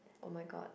oh-my-god